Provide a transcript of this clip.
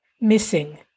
missing